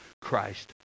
Christ